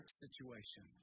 situation